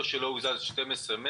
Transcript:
או לא הוזז 12 מטר,